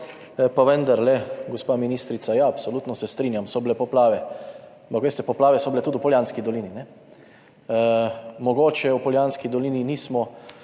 Pa vendarle, gospa ministrica, ja, absolutno se strinjam, so bile poplave, ampak veste, poplave so bile tudi v Poljanski dolini. Mogoče v Poljanski dolini nismo